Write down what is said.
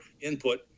input